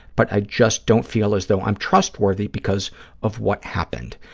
but i just don't feel as though i'm trustworthy because of what happened.